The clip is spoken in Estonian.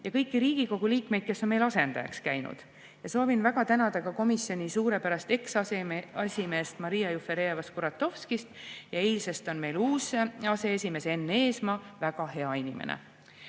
ja kõiki Riigikogu liikmeid, kes on meil asendajaks käinud, ja soovin ka väga tänada ka komisjoni suurepärast eksaseesimeest Maria Juferejeva-Skuratovskit. Eilsest on meil uus aseesimees, Enn Eesmaa – väga hea inimene.